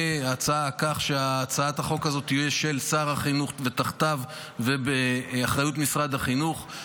כך שהצעת החוק הזאת תהיה של שר החינוך ותחתיו ובאחריות משרד החינוך,